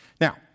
now